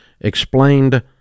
explained